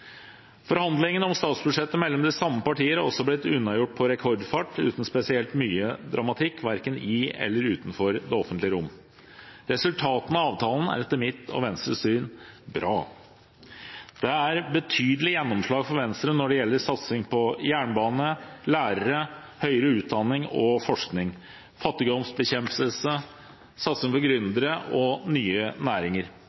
Forhandlingene om statsbudsjettet mellom de samme partier har også blitt unnagjort i rekordfart, uten spesielt mye dramatikk, verken i eller utenfor det offentlige rom. Resultatene av avtalen er etter mitt og Venstres syn bra. Det er betydelig gjennomslag for Venstre når det gjelder satsing på jernbane, lærere, høyere utdanning og forskning, fattigdomsbekjempelse, satsing på